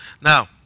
Now